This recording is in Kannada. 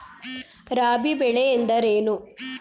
ರಾಬಿ ಬೆಳೆ ಎಂದರೇನು?